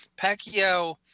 Pacquiao